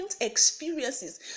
experiences